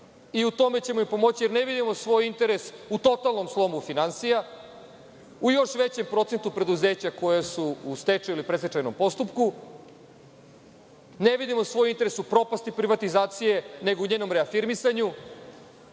i u tome ćemo i pomoći, jer ne vidimo svoj interes u totalnom slomu finansija, u još većem procentu preduzeća koja su u stečaju ili predstečajnom postupku, ne vidimo svoj interes u propasti privatizacije, nego u njenom reafirmisanju,